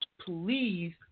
please